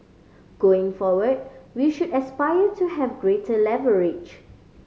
going forward we should aspire to have greater leverage